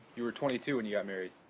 you were twenty two when you got married?